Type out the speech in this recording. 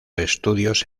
estudios